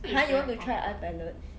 !huh! you want to try eye palette